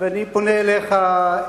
אני פונה אליך,